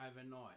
overnight